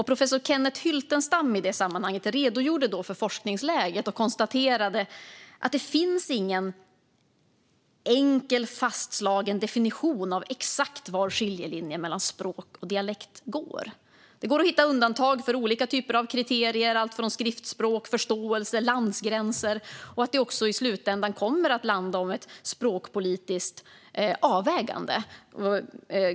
Professor Kenneth Hyltenstam redogjorde då för forskningsläget och konstaterade att det inte finns någon enkel fastslagen definition av exakt var skiljelinjen mellan språk och dialekt går. Det går att hitta undantag för olika typer av kriterier, allt från skriftspråk till förståelse och landsgränser, men i slutändan kommer det att handla om ett språkpolitiskt avvägande.